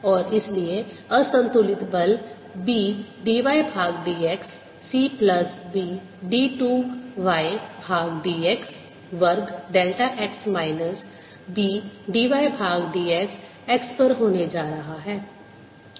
और इसलिए असंतुलित बल B dy भाग dx c plus B d 2 y भाग dx वर्ग delta x minus B dy भाग dx x पर होने जा रहा है